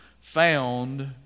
found